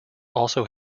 also